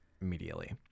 Immediately